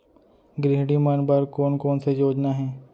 गृहिणी मन बर कोन कोन से योजना हे?